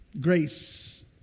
grace